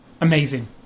amazing